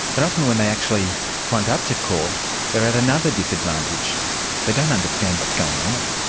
and often when they actually front up to court they are at another disadvantage they don't understand what's going on.